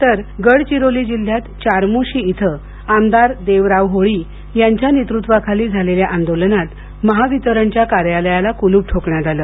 तर गडचिरोली जिल्ह्यात चारमोशी इथं आमदार देवराव होळी यांच्या नेतृत्वाखाली झालेल्या आंदोलनात महावितरणच्या कार्यालयाला कुलूप ठोकण्यात आलं